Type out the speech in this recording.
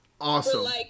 Awesome